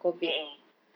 mmhmm